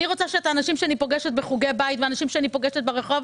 אני רוצה שאת האנשים שאני פוגשת בחוגי בית ואת האנשים שאני פוגשת ברחוב,